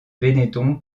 benetton